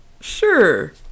sure